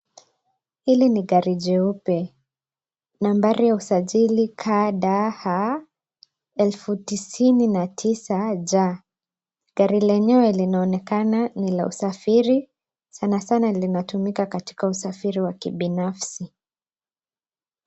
Hili ni gari jeupe. Nambari ya usajili KDH 990J .Gari lenyewe linaonekana ni la usafiri, sana sana linatumika katika usafiri wa kibinafsi.